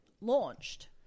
launched